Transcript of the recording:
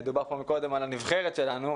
דובר קודם על הנבחרת שלנו,